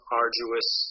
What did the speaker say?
arduous